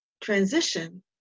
Transition